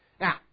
Now